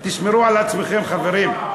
תשמרו על עצמכם, חברים.